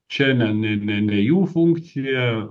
čia ne ne ne ne jų funkcija